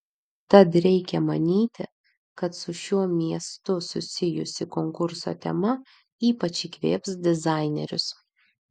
tad reikia manyti kad su šiuo miestu susijusi konkurso tema ypač įkvėps dizainerius